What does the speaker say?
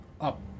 up